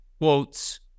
quotes